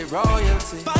royalty